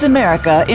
America